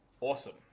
awesome